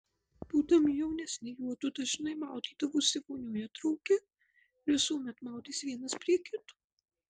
būdami jaunesni juodu dažnai maudydavosi vonioje drauge ir visuomet maudėsi vienas prie kito